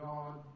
God